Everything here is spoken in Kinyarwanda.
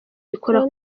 ikora